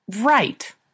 Right